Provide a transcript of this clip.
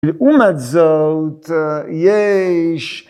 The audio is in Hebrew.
‫לעומת זאת, יש...